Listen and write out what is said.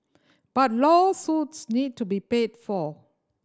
but lawsuits need to be paid for